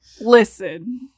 Listen